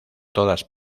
todas